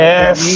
Yes